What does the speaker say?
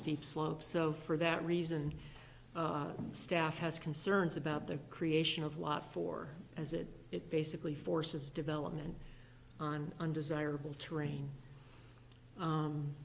steep slope so for that reason staff has concerns about the creation of lot for as it it basically forces development on undesirable terrain